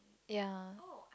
ya